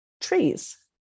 trees